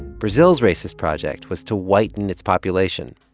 brazil's racist project was to whiten its population,